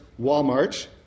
Walmart